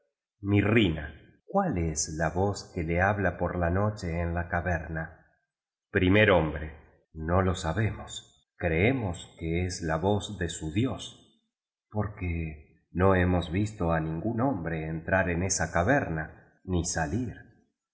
mirrina cuál es la voz que le habla por la noche en la caverna primer hombre no lo sabemos creemos que es la voz de su dios porque no hemos visto á ningún hombre entrar en esa caverna ni salir